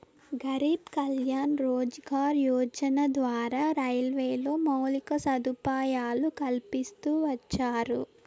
గరీబ్ కళ్యాణ్ రోజ్గార్ యోజన ద్వారా రైల్వేలో మౌలిక సదుపాయాలు కల్పిస్తూ వచ్చారు